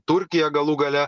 turkija galų gale